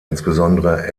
insbesondere